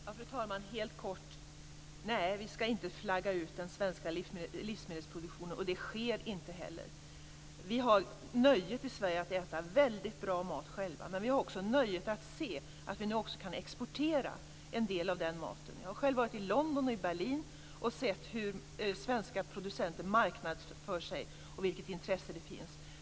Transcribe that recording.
Fru talman! Jag vill bara helt kort tillägga: Nej, vi skall inte flagga ut den svenska livsmedelsproduktionen, och det sker inte heller! Vi har nöjet i Sverige att äta väldigt bra mat själva. Men vi har också nöjet att se att vi nu också kan exportera en del av den maten. Jag har själv varit i London och i Berlin och sett hur svenska producenter marknadsför sig och vilket intresse det finns.